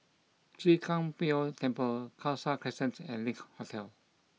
Chwee Kang Beo Temple Khalsa Crescent and Link Hotel